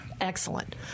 Excellent